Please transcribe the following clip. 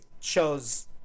shows